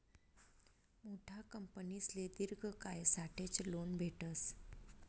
मोठा कंपनीसले दिर्घ कायसाठेच लोन भेटस